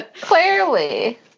clearly